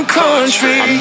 country